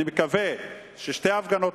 אני מקווה שהנושאים של שתי ההפגנות